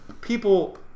people